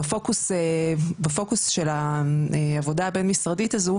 בפוקוס של העבודה הבין משרדית הזו,